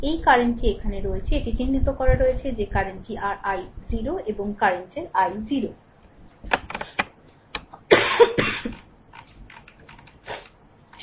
এই কারেন্ট টি এখানে রয়েছে এটি চিহ্নিত করা হয়েছে যে এই কারেন্টটি r i0 এখানে কারেন্টের i0